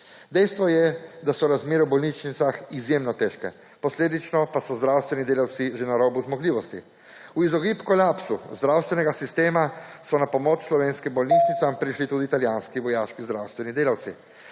Dejstvo je, da so razmere v bolnišnicah izjemno težke, posledično pa so zdravstveni delavci že na robu zmogljivosti. V izogib kolapsu zdravstvenega sistema so na pomoč / znak za konec razprave/ slovenskim bolnišnicam prišli tudi italijanski vojaški zdravstveni delavci,